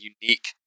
unique